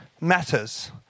matters